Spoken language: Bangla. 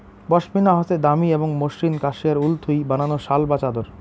পশমিনা হসে দামি এবং মসৃণ কাশ্মেয়ার উল থুই বানানো শাল বা চাদর